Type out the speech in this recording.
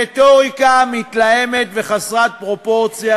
רטוריקה מתלהמת וחסרת פרופורציה,